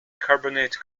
carbonate